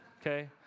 okay